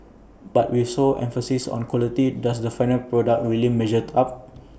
but with so much emphasis on quality does the final product really measure up